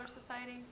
Society